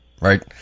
right